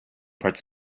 parts